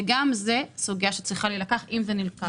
גם אתך סוגיה שצריכה להילקח, אם היא נלקחת.